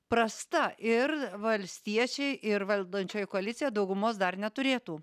prasta ir valstiečiai ir valdančioji koalicija daugumos dar neturėtų